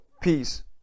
peace